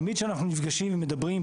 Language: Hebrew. תמיד כשאנחנו נפגשים ומדברים,